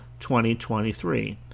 2023